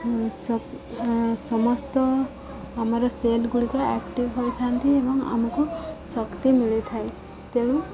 ସମସ୍ତ ଆମର ସେଲ୍ଗୁଡ଼ିକ ଆକ୍ଟିଭ୍ ହୋଇଥାନ୍ତି ଏବଂ ଆମକୁ ଶକ୍ତି ମିଳିଥାଏ ତେଣୁ